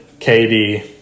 KD